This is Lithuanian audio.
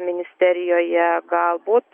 ministerijoje galbūt